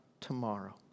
tomorrow